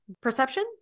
perception